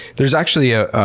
there's actually ah